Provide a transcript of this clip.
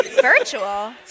Virtual